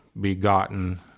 begotten